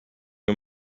you